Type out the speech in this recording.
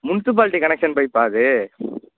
municipality connection பைப்பா அது